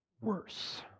worse